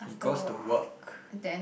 he goes to work